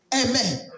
amen